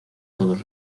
todos